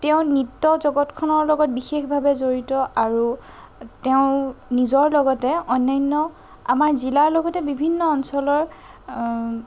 তেওঁ নৃত্য জগতখনৰ লগত বিশেষভাৱে জড়িত আৰু তেওঁ নিজৰ লগতে অন্যান্য আমাৰ জিলাৰ লগতে বিভিন্ন অঞ্চলৰ